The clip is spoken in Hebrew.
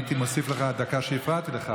הייתי מוסיף לך על הדקה שבה הפרעתי לך,